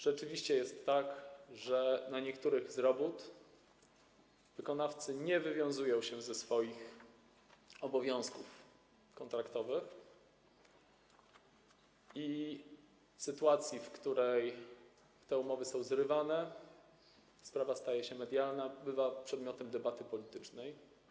Rzeczywiście jest tak, że w przypadku niektórych robót wykonawcy nie wywiązują się ze swoich obowiązków kontraktowych i w sytuacji, w której te umowy są zrywane, sprawa staje się medialna, bywa przedmiotem debaty politycznej.